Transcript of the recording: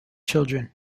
children